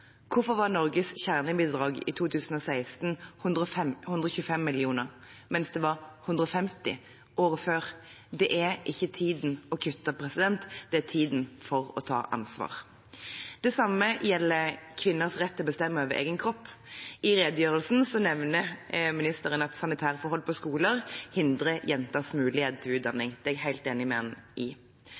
Hvorfor var Norges kjernebidrag i 2016 125 mill. kr, mens det var 150 mill. kr året før? Det er ikke tiden for å kutte, det er tiden for å ta ansvar. Det samme gjelder kvinners rett til å bestemme over egen kropp. I redegjørelsen nevner ministeren at sanitærforhold på skoler hindrer jenters mulighet til utdanning. Det er jeg helt enig med ham i.